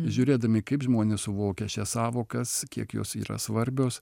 žiūrėdami kaip žmonės suvokia šias sąvokas kiek jos yra svarbios